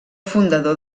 fundador